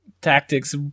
tactics